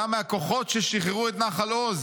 היה מהכוחות ששחררו את נחל עוז